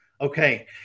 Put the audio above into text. Okay